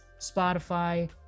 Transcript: Spotify